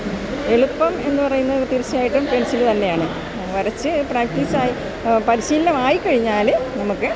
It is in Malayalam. എളുപ്പം എന്ന് പറയുന്നെ തീർച്ചയായിട്ടും പെൻസില് തന്നെയാണ് വരച്ച് പ്രാക്ടീസായി പരിശീലനമായിക്കഴിഞ്ഞാല് നമുക്ക്